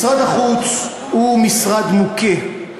משרד החוץ הוא משרד מוכה,